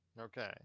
Okay